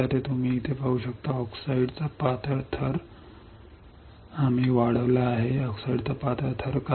तर तुम्ही इथे पाहू शकता ऑक्साईडचा पातळ थर आम्ही वाढला आहे ऑक्साईडचा पातळ थर का